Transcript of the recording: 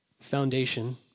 Foundation